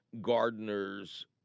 gardener's